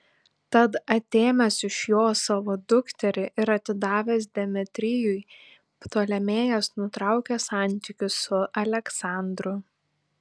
tad atėmęs iš jo savo dukterį ir atidavęs demetrijui ptolemėjas nutraukė santykius su aleksandru